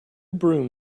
broom